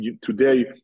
today